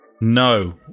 No